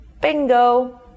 Bingo